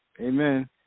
Amen